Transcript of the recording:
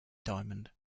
diamond